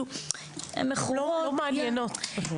לא מעניינות.